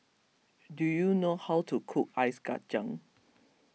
do you know how to cook Ice Kachang